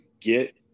get